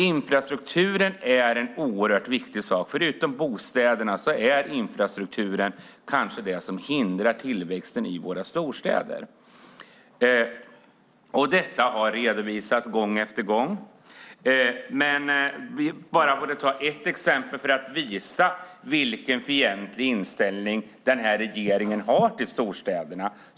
Infrastrukturen är en oerhört viktig sak. Förutom det som handlar om bostäderna är infrastrukturfrågorna kanske det som hindrar tillväxten i våra storstäder. Detta har redovisats gång efter gång. Låt mig ta ett exempel för att visa vilken fientlig inställning regeringen har till storstäderna.